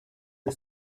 the